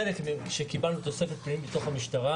בחלק מהם קיבלנו תוספת פנימית מהסתה